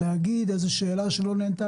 איזו שאלה שלא נענתה?